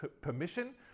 permission